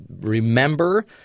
remember